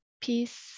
peace